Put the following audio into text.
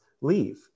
leave